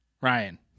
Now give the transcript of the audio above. Ryan